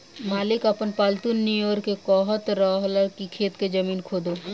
मालिक आपन पालतु नेओर के कहत रहन की खेत के जमीन खोदो